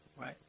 right